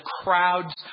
crowd's